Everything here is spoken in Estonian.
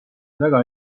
väga